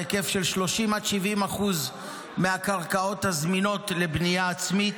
בהיקף של 30% עד 70% מהקרקעות הזמינות לבנייה עצמית,